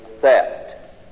theft